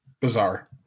Bizarre